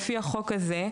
לפי החוק הזה,